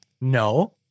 No